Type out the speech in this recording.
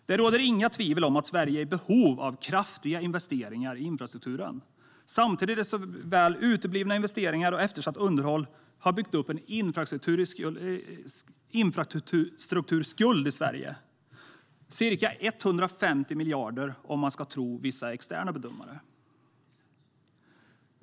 Det råder inga tvivel om att Sverige är i behov av kraftiga investeringar i infrastrukturen. Uteblivna investeringar och eftersatt underhåll har i Sverige byggt upp en infrastrukturskuld på ca 150 miljarder, om man ska tro vissa externa bedömare.